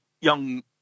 young